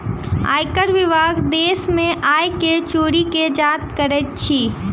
आयकर विभाग देश में आय के चोरी के जांच करैत अछि